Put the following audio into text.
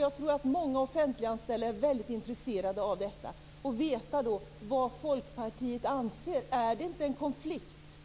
Jag tror att många offentliganställda är väldigt intresserade av att få veta vad Folkpartiet anser. Är det inte en konflikt